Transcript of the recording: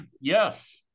Yes